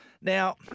Now